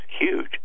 huge